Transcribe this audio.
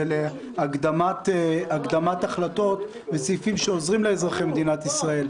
ולהקדמת החלטות בסעיפים שעוזרים לאזרחי מדינת ישראל.